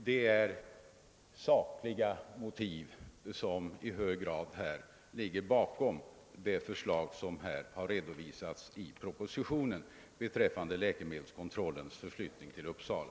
Det är i hög grad sakliga motiv som ligger bakom det i propositionen redovisade förslaget beträffande läkemedelskontrollens = förflyttning = till Uppsala.